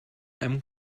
einem